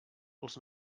els